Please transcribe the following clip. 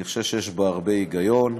אני חושב שיש בה הרבה היגיון,